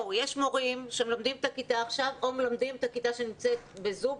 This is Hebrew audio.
יש מורים שמלמדים את הכיתה עכשיו או מלמדים את הכיתה שנמצאת בזום,